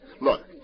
Look